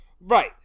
right